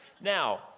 Now